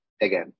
again